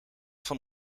van